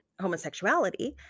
homosexuality